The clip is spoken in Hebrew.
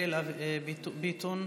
מיכאל ביטון.